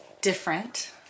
different